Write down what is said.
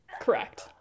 Correct